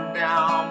down